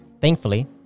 Thankfully